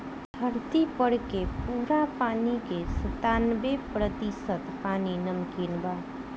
धरती पर के पूरा पानी के सत्तानबे प्रतिशत पानी नमकीन बा